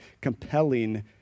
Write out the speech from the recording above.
compelling